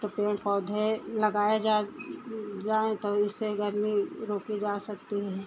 तो पेड़ पौधे लगाए जाए जाएँ तो इससे गर्मी रोकी जा सकती है